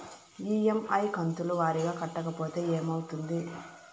EMI కంతుల వారీగా కట్టకపోతే ఏమవుతుంది?